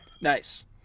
Nice